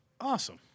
Awesome